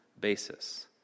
basis